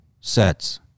sets